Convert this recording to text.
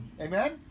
Amen